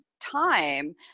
time